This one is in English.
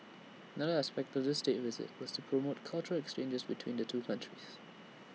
another aspect of this State Visit was to promote cultural exchanges between the two countries